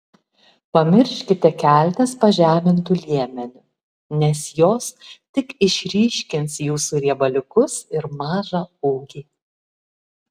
pamirškite kelnes pažemintu liemeniu nes jos tik išryškins jūsų riebaliukus ir mažą ūgį